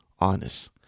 honest